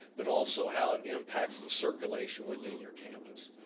but also how it impacts the circulation within your campus.